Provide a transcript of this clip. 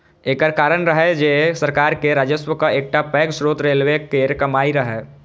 एकर कारण रहै जे सरकार के राजस्वक एकटा पैघ स्रोत रेलवे केर कमाइ रहै